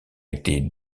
été